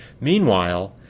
Meanwhile